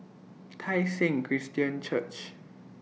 Tai Seng Christian Church